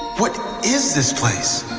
what is this place?